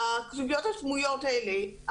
הכתוביות הסמויות האלה,